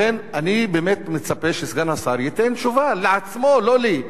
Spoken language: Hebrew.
לכן אני מצפה שסגן השר ייתן תשובה לעצמו, לא לי,